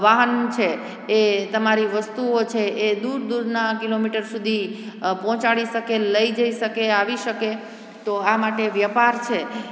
વાહન છે એ તમારી વસ્તુઓ છે એ દૂર દૂરના કિલોમીટર સુધી પહોંચાડી શકે લઈ જઈ શકે આવી શકે તો આ માટે વ્યપાર છે